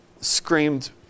screamed